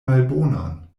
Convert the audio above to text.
malbonan